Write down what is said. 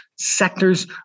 sectors